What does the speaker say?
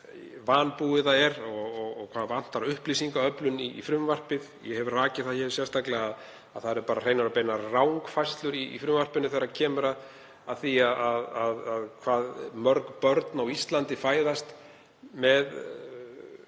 vanbúið það er og hvaða upplýsingar vantar í frumvarpið. Ég hef rakið það hér sérstaklega að það eru hreinar og beinar rangfærslur í frumvarpinu þegar kemur að því hve mörg börn á Íslandi fæðast með